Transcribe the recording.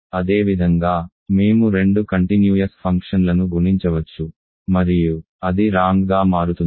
అదేవిధంగా మేము రెండు కంటిన్యూయస్ ఫంక్షన్లను గుణించవచ్చు మరియు అది రాంగ్ గా మారుతుంది